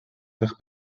faire